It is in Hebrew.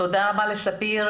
תודה רבה לספיר,